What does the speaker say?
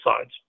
sides